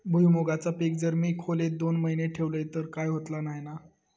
भुईमूगाचा पीक जर मी खोलेत दोन महिने ठेवलंय तर काय होतला नाय ना?